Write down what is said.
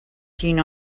gene